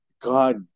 God